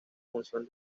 función